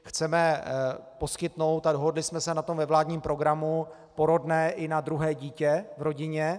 Chceme poskytnout a dohodli jsme se na tom ve vládním programu porodné i na druhé dítě v rodině.